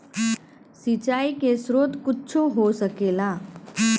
सिंचाइ के स्रोत कुच्छो हो सकेला